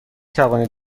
توانید